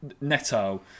Neto